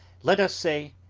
let us say,